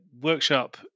workshop